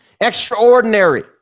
extraordinary